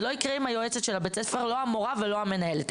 זה לא יקרה עם יועצת של בית הספר לא המורה ולא המנהלת.